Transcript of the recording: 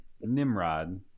Nimrod